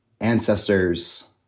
ancestors